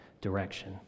direction